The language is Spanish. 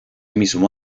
mismo